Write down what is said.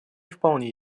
вполне